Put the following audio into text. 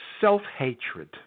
self-hatred